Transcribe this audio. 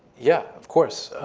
yeah, of course.